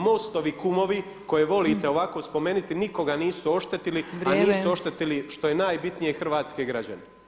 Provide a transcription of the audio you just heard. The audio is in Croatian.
MOST-ovi kumovi koje volite ovako spomenuti nikoga nisu oštetili [[Upadica Opačić: Vrijeme.]] a nisu oštetili što je najbitnije hrvatske građane.